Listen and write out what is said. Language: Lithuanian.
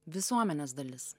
visuomenės dalis